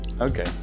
Okay